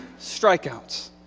strikeouts